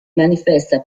manifesta